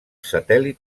satèl·lit